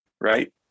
right